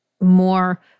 more